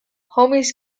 homies